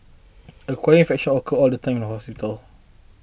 acquired infections occur all the time in hospitals